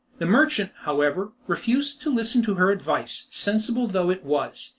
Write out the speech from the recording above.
the merchant, however, refused to listen to her advice, sensible though it was.